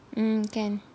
mm can